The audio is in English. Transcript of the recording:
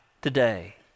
today